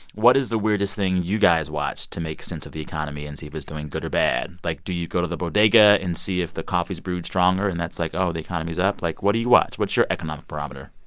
what is the weirdest thing you guys watch to make sense of the economy and see if it's doing good or bad? like, do you go to the bodega and see if the coffee is brewed stronger, and that's, like, oh, the economy is up? like, what do you watch? what's your economic barometer?